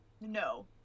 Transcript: no